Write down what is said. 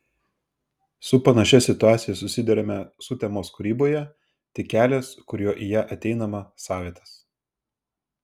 su panašia situacija susiduriame sutemos kūryboje tik kelias kuriuo į ją ateinama savitas